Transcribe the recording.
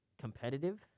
competitive